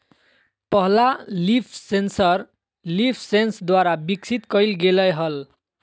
पहला leaf sensor LeafSense द्वारा विकसित कइल गेलय हल